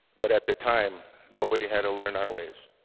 but at the time nobody had to learn our ways.